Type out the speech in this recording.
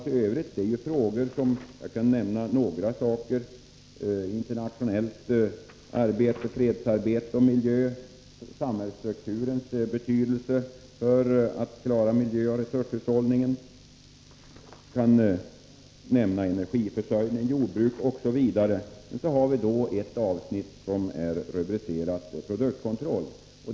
Vad vi tar upp i motionen i övrigt är bl.a. internationellt arbete, fredsarbete, miljö, samhällsstrukturens betydelse för att klara miljöoch resurshushållning, energiförsörjning och jordbruk. Sedan har vi ett avsnitt som är rubricerat Produktkontroll.